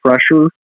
pressure